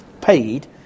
paid